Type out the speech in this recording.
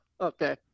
okay